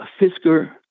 Fisker